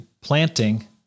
planting